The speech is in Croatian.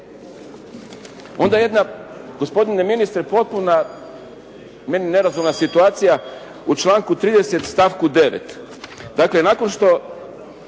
Onda jedna gospodine ministre potpuna, meni nerazumna situacija u članku 30. stavku 9. Dakle nakon što